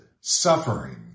suffering